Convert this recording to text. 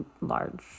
large